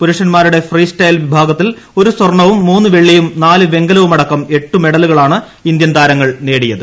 പുരുഷൻമാരുടെ freestyle വിഭാഗത്തിൽ ഒരു സ്വർവും മൂന്ന് വെള്ളിയും നാല് വെങ്കലവുമടക്കം എട്ട് മെഡലുകളാണ് ഇന്ത്യൻ താരങ്ങൾ നേടിയത്